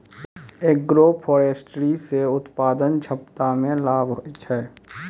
agroforestry से उत्पादन क्षमता मे लाभ होलो छै